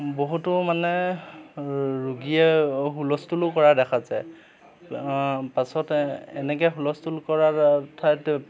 বহুতো মানে ৰোগীয়ে হুলস্থুলো কৰা দেখা যায় পাছত এনেকৈ হুলস্থুল কৰাৰ ঠাইত